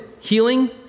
healing